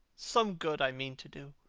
some good i mean to do,